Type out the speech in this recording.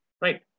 Right